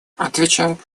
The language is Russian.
отвечает